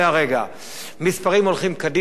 מספרים הולכים קדימה, מספרים הולכים אחורה.